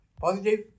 positive